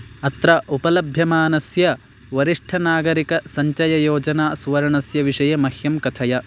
अत्र उपलभ्यमानस्य वरिष्ठनागरिक सञ्चययोजना सुवर्णस्य विषये मह्यं कथय